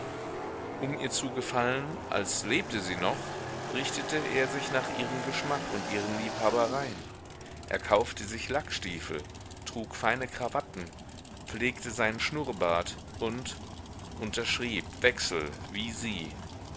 um ihr zu gefallen als lebte sie noch richtete er sich nach ihrem geschmack und ihren liebhabereien er kaufte sich lackstiefel trug feine krawatten pflegte seinen schnurrbart und unterschrieb wechsel wie sie